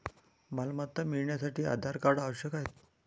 मालमत्ता मिळवण्यासाठी आधार कार्ड आवश्यक आहे